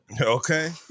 Okay